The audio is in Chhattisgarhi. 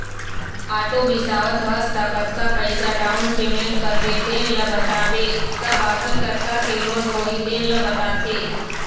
आटो बिसावत हस त कतका पइसा डाउन पेमेंट करबे तेन ल बताबे त बाकी कतका के लोन होही तेन ल बताथे